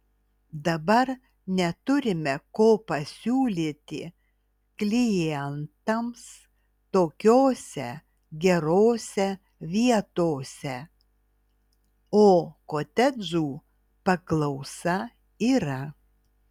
dabar neturime ko pasiūlyti klientams tokiose gerose vietose o kotedžų paklausa yra